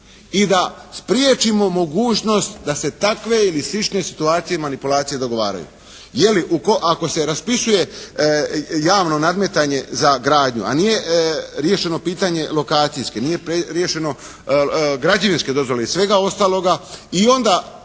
i da spriječimo mogućnost da se takve ili slične situacije i manipulacije dogovaraju. Je li u, ako se raspisuje javno nadmetanje za gradnju a nije riješeno pitanje lokacijske, nije riješeno građevinske dozvole i svega ostaloga i onda